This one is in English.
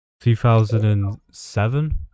2007